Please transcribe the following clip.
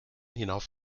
hinauf